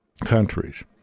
countries